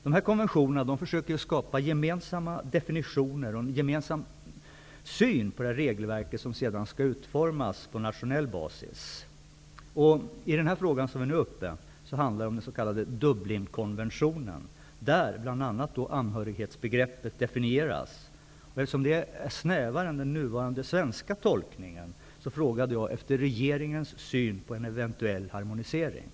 Dessa konventioner försöker skapa gemensamma definitioner och en gemensam syn på det regelverk som sedan skall utformas på nationell bas. I den här frågan handlar det om den s.k. anhörighetsbegreppet definieras. Eftersom det är snävare än den nuvarande svenska tolkningen, frågade jag efter regeringens syn på en eventuell harmonisering.